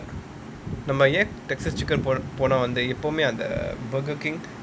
நம்ம ஏன்:namma yaen Texas Chicken போனா வந்து எப்பவுமே அந்த:pona vanthu eppavumae antha Burger King